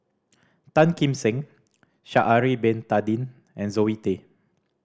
Tan Kim Seng Sha'ari Bin Tadin and Zoe Tay